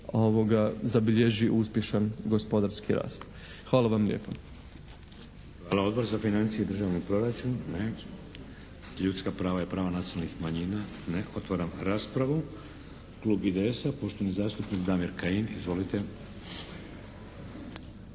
zabilježi uspješan gospodarski rast. Hvala vam lijepa. **Šeks, Vladimir (HDZ)** Hvala. Odbor za financije i državni proračun. Ne. Ljudska prava i prava nacionalnih manjina. Ne. Otvaram raspravu. Klub IDS-a, poštovani zastupnik Damir Kajin. Izvolite.